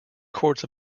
courts